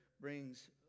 brings